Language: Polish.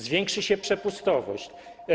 Zwiększy się przepustowość.